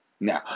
Now